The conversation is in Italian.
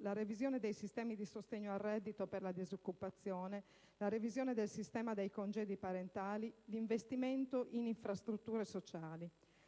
la revisione dei sistemi di sostegno al reddito per la disoccupazione, la revisione del sistema dei congedi parentali, l'investimento in infrastrutture sociali.